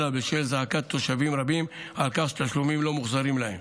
אלא בשל זעקת תושבים רבים על כך שתשלומים לא מוחזרים להם.